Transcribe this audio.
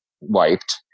wiped